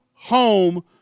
home